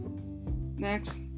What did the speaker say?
Next